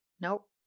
Nope